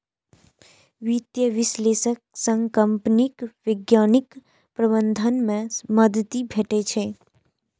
वित्तीय विश्लेषक सं कंपनीक वैज्ञानिक प्रबंधन मे मदति भेटै छै